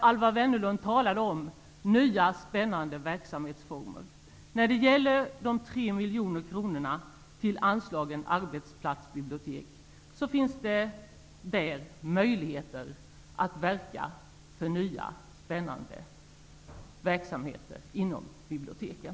Alwa Wennerlund talade om nya spännande verksamhetsformer. När det gäller de 3 miljonerna till anslaget arbetsplatsbibliotek, finns det möjligheter att verka för nya spännande verksamheter inom biblioteken.